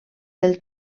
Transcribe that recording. del